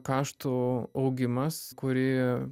kaštų augimas kurį